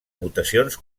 mutacions